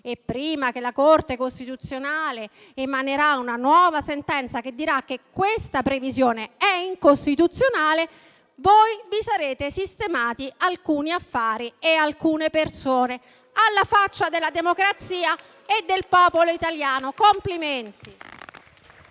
e prima che la Corte costituzionale emani una nuova sentenza che dirà che questa previsione è incostituzionale, voi avrete sistemato alcuni affari e alcune persone: alla faccia della democrazia e del popolo italiano. Complimenti!